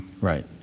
Right